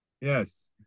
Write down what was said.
Yes